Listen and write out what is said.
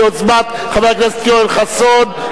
ביוזמת חבר הכנסת יואל חסון.